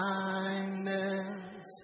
kindness